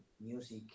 music